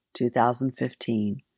2015